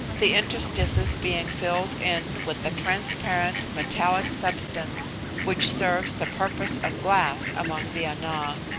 the interstices being filled in with the transparent metallic substance which serves the purpose of glass among the ana.